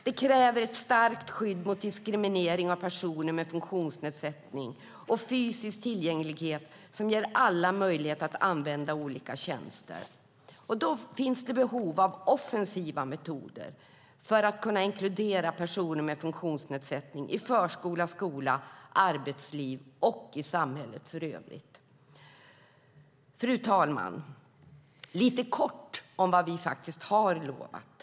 Det kräver ett starkt skydd mot diskriminering av personer med funktionsnedsättning genom fysisk tillgänglighet som ger alla möjlighet att använda olika tjänster. Det finns behov av offensiva metoder för att kunna inkludera personer med funktionsnedsättning i förskola, skola, arbetsliv och samhället i övrigt. Fru talman! Jag ska kort nämna något om vad vi har lovat.